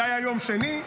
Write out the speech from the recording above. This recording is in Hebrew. זה היה יום שני,